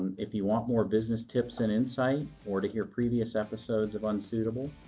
if you want more business tips and insight or to hear previous episodes of unsuitable,